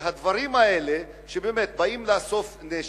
שהדברים האלה, שבאמת באים לאסוף נשק,